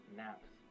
naps